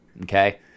okay